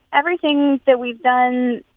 everything that we've done,